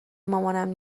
مامانم